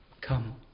come